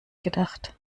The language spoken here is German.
gedacht